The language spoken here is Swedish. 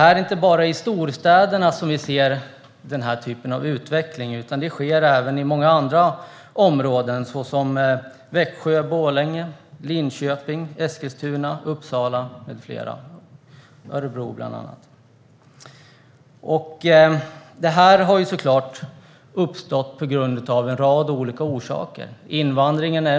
Och det är inte bara i storstäderna som denna utveckling finns, utan detta sker även i många områden såsom Växjö, Borlänge, Linköping, Eskilstuna, Uppsala och Örebro. Detta har såklart uppstått på grund av en rad olika orsaker. Invandringen är en.